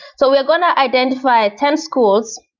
so we're going to identify ten schools.